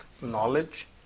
knowledge